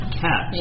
cat